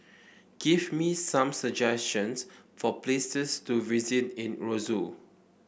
give me some suggestions for places to visit in Roseau